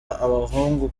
abahungu